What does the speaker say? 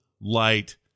light